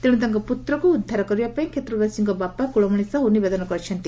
ତେଣୁ ତାଙ୍କ ପୁତ୍ରକୁ ଉଦ୍ଧାର କରିବା ପାଇଁ ଷେତ୍ରବାସୀ ବାପା କ୍ରଳମଣି ସାହୁ ନିବେଦନ କରିଛନ୍ତି